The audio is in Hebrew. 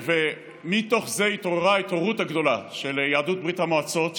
ומתוך זה התעוררה ההתעוררות הגדולה של יהדות ברית המועצות,